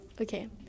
Okay